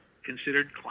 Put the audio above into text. Considered